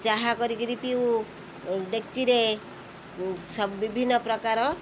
ଚାହା କରିକିରି ପିଉ ଡେକଚିରେ ସବୁ ବିଭିନ୍ନ ପ୍ରକାର